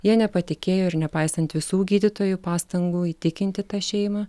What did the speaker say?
jie nepatikėjo ir nepaisant visų gydytojų pastangų įtikinti tą šeimą